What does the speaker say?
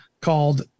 called